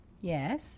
Yes